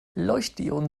leuchtdioden